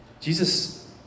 Jesus